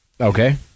Okay